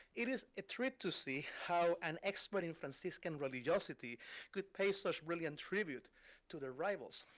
it is a trip to see how an expert in franciscan religiosity could pay such brilliant tribute to their rivals.